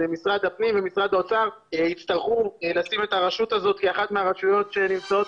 משרד הפנים ומשרד האוצר יצטרכו לשים את הרשות הזאת כאחת מהרשויות שנמצאות